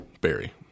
Barry